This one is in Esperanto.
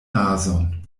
nazon